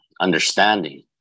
understanding